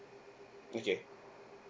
okay